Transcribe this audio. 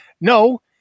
No